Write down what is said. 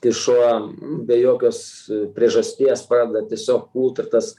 kai šuo be jokios priežasties pradeda tiesiog pult ir tas